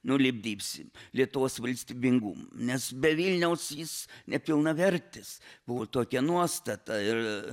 nulipdysim lietuvos valstybingumą nes be vilniaus jis nepilnavertis buvo tokia nuostata ir